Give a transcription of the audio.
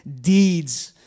deeds